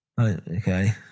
okay